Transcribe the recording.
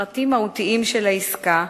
פרטים מהותיים של העסקה,